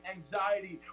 Anxiety